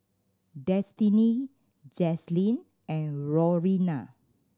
Destiney Jaslene and Lorena